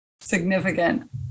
Significant